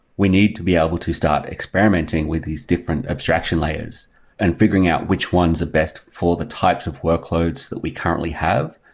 we need to be able to start experimenting with these different abstraction layers and figuring out which ones are best for the types of workloads that we currently have,